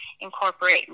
incorporate